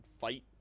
fight